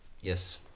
yes